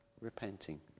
repenting